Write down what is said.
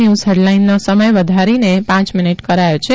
news હેડલાઈનનો સમય વધારીને પાંય મિનિટ કરાયો છે